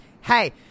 hey